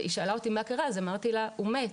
היא שאלה אותי מה קרה, אז אמרתי לה שהוא מת,